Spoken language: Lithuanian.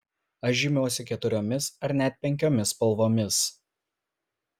aš žymiuosi keturiomis ar net penkiomis spalvomis